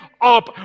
up